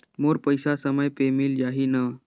मोर पइसा समय पे मिल जाही न?